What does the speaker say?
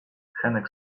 henek